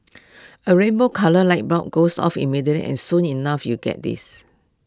A rainbow coloured light bulb goes off immediately and soon enough you get this